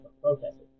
protesters